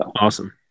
Awesome